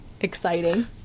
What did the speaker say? exciting